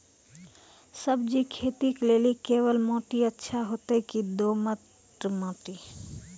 सब्जी खेती के लेली केवाल माटी अच्छा होते की दोमट माटी?